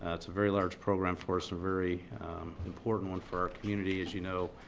ah it's a very large program for us, a very important one for our community as you know.